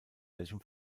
welchem